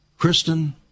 Kristen